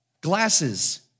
glasses